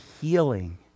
healing